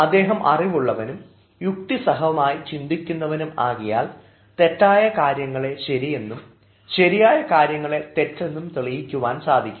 അദ്ദേഹം അറിവുള്ളവനും യുക്തിസഹമായി ചിന്തിക്കുന്നവനും ആകയാൽ തെറ്റായ കാര്യങ്ങളെ ശരിയെന്നും ശരിയായ കാര്യങ്ങളെ തെറ്റൊന്നും തെളിയിക്കുവാൻ സാധിക്കും